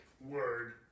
word